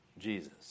Jesus